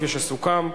כפי שסוכם,